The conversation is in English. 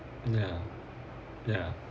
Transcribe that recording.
ya ya